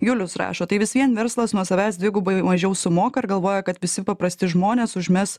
julius rašo tai vis vien verslas nuo savęs dvigubai mažiau sumoka ir galvoja kad visi paprasti žmonės užmes